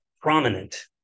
prominent